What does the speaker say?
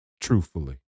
truthfully